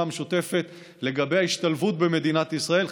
המשותפת לגבי ההשתלבות במדינת ישראל.